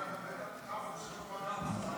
התשפ"ה 2024,